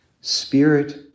spirit